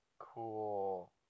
Cool